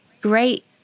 great